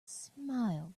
smile